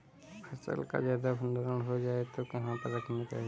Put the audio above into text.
फसल का ज्यादा भंडारण हो जाए तो कहाँ पर रखना चाहिए?